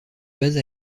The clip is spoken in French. base